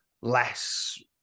less